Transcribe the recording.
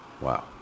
wow